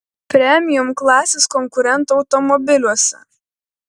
premium klasės konkurentų automobiliuose